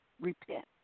repent